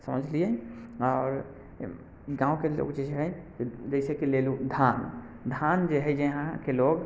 समझलियै आओर गाँवके लोग जे हय से जैसे कि लेलु धान धान जे हय जे यहाँके लोग